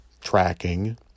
tracking